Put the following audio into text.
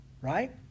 Right